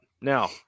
now